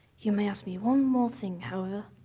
you may ask me one more thing, however.